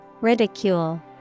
Ridicule